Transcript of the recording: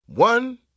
One